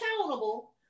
accountable